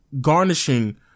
garnishing